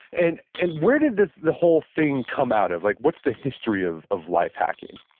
and and where did this, the whole thing come out of? like, what's the history of of life hacking?